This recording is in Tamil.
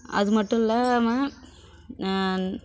அது மட்டும் இல்லாமல்